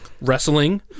Wrestling